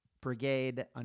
Brigade